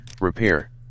Repair